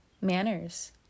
Manners